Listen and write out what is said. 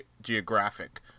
Geographic